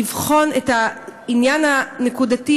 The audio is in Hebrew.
לבחון את העניין הנקודתי.